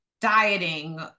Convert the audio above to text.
dieting